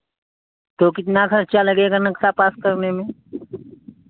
तो कितना खर्चा लगेगा नक्शा पास करने में